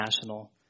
national